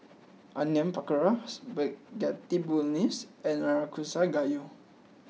Onion Pakora Spaghetti Bolognese and Nanakusa Gayu